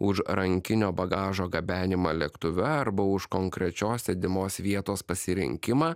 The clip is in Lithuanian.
už rankinio bagažo gabenimą lėktuve arba už konkrečios sėdimos vietos pasirinkimą